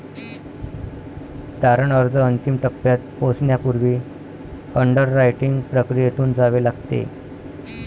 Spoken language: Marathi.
तारण अर्ज अंतिम टप्प्यात पोहोचण्यापूर्वी अंडररायटिंग प्रक्रियेतून जावे लागते